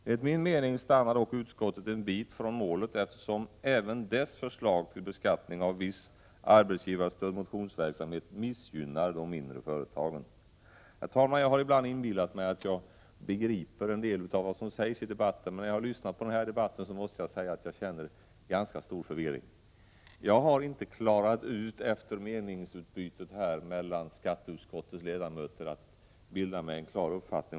Enligt min mening stannar dock utskottet en bit från målet, eftersom även dess förslag till beskattning av viss arbetsgivarstödd motionsverksamhet missgynnar de mindre företagen. Herr talman! Jag har ibland inbillat mig att jag begriper en del av vad som sägs i debatter, men när jag har lyssnat till den här debatten måste jag säga att jag känner ganska stor förvirring. Jag har inte, efter meningsutbytet här mellan skatteutskottets ledamöter, lyckats bilda mig en klar uppfattning.